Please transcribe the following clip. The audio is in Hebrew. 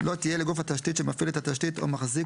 לא תהיה לגוף התשתית שמפעיל את התשתית או מחזיק